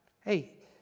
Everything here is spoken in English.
hey